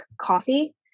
coffee